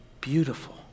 beautiful